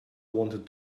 wanted